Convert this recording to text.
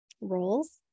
roles